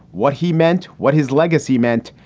what he meant, what his legacy meant,